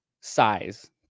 size